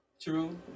true